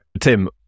Tim